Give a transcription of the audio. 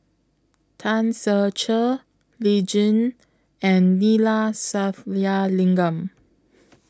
Tan Ser Cher Lee Tjin and Neila Sathyalingam